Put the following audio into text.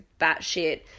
batshit